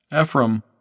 Ephraim